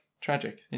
Tragic